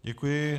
Děkuji.